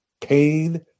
pain